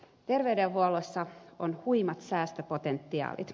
terveydenhuollossa on huimat säästöpotentiaalit